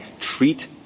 treat